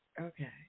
Okay